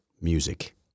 music